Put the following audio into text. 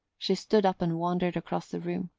she stood up and wandered across the room.